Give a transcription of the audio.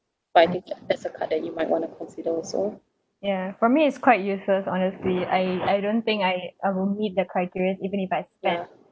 but I think ya that's the card you might want to consider also ya for me it's quite useless honestly I I don't think I will meet the criteria even if I spend